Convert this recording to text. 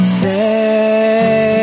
say